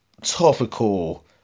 topical